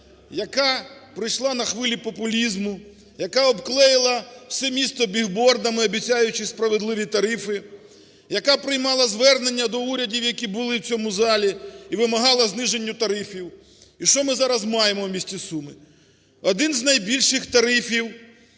яка прийшла на хвилі популізму, яка обклеїла все місто біг-бордами, обіцяючи справедливі тарифи, яка приймала звернення до урядів, які були в цьому залі і вимагала зниження тарифів. І що ми зараз маємо у місті Суми? Один з найбільших тарифів